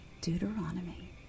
Deuteronomy